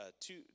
two